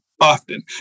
often